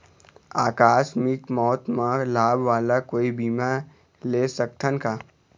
आकस मिक मौत म लाभ वाला कोई बीमा ले सकथन का?